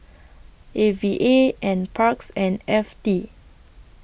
A V A N Parks and F T